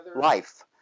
Life